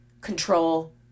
control